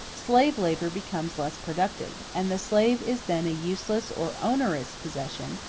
slave labor becomes less productive and the slave is then a useless or onerous possession,